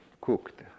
cooked